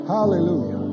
Hallelujah